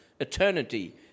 eternity